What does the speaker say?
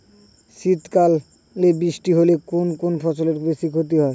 শীত কালে বৃষ্টি হলে কোন কোন ফসলের বেশি ক্ষতি হয়?